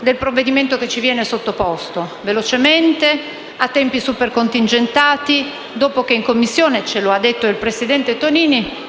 del provvedimento che ci viene sottoposto velocemente, con tempi super contingentati, dopo che in Commissione, come ci ha detto il presidente Tonini,